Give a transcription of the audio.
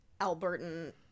Albertan